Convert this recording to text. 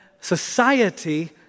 society